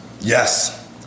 Yes